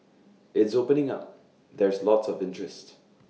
it's opening up there's lots of interest